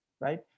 right